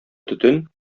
төтен